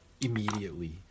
immediately